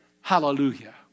Hallelujah